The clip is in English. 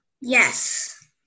Yes